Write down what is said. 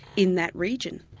in that region,